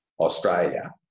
Australia